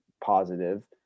positive